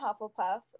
Hufflepuff